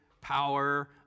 power